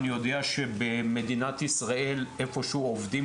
אני יודע שאיפה שהוא במדינת ישראל עובדים